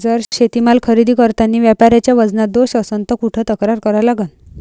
जर शेतीमाल खरेदी करतांनी व्यापाऱ्याच्या वजनात दोष असन त कुठ तक्रार करा लागन?